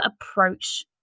approach